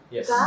Yes